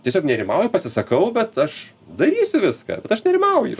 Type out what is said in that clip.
tiesiog nerimauju pasisakau bet aš darysiu viską bet aš nerimauju